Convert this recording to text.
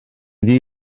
ddi